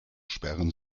sperren